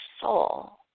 soul